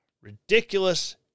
Ridiculous